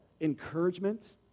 encouragement